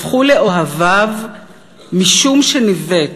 הפכו לאוהביו משום שניווט,